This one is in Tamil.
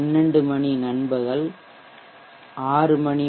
12 00 நண்பகல் 6 p